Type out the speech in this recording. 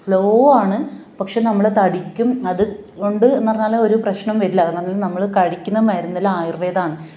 slow ആണ് പക്ഷേ നമ്മൾ തടിക്കും അത് കൊണ്ട് എന്ന് പറഞ്ഞാൽ ഒരു പ്രശ്നം വരില്ല എന്ന് പറഞ്ഞാൽ നമ്മൾ കഴിക്കുന്ന മരുന്നിൽ ആയുർവേദമെന്ന്